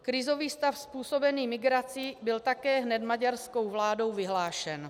Krizový stav způsobený migrací byl také hned maďarskou vládou vyhlášen.